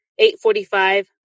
8.45